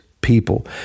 people